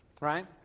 right